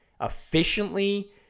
efficiently